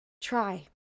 try